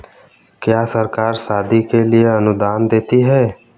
क्या सरकार शादी के लिए अनुदान देती है?